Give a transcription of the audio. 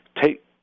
take